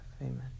amen